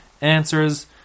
answers